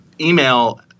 email